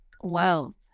wealth